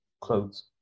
clothes